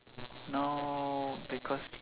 no because